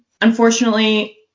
Unfortunately